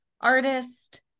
artist